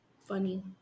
Funny